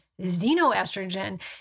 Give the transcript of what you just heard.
xenoestrogen